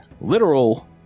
literal